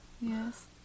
Yes